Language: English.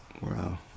Wow